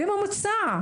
בממוצע,